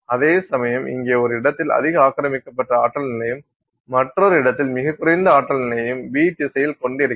அதேசமயம் இங்கே ஒரு இடத்தில் அதிக ஆக்கிரமிக்கப்பட்ட ஆற்றல் நிலையையும் மற்றொரு இடத்தில் மிகக் குறைந்த ஆற்றல் நிலையையும் b திசையில் கொண்டிருக்கிறது